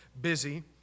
busy